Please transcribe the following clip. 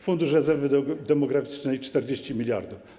Fundusz Rezerwy Demograficznej to 40 mld.